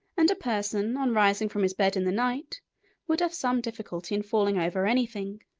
and a person on rising from his bed in the night would have some difficulty in falling over anything.